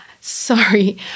Sorry